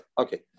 Okay